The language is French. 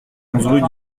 rue